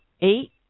eight